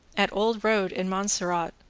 at old road in montserrat,